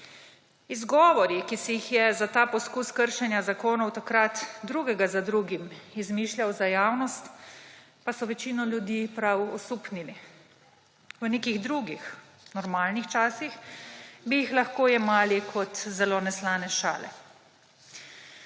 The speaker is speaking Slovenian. Izgovori, ki si jih je za ta poskus kršenja zakonov takrat drugega za drugim izmišljal za javnost, pa so večino ljudi prav osupnili. V nekih drugih, normalnih časih bi jih lahko jemali kot zelo neslane šale.